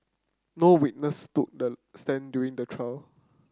no witness took the stand during the trial